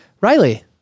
Riley